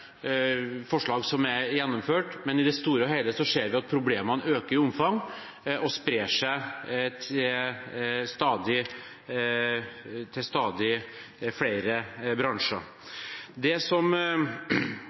forslag som er gjennomført, men i det store og det hele ser vi at problemene øker i omfang og sprer seg til stadig flere bransjer.